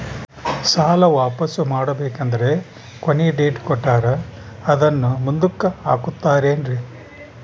ಸಾಲ ವಾಪಾಸ್ಸು ಮಾಡಬೇಕಂದರೆ ಕೊನಿ ಡೇಟ್ ಕೊಟ್ಟಾರ ಅದನ್ನು ಮುಂದುಕ್ಕ ಹಾಕುತ್ತಾರೇನ್ರಿ?